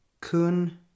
Kun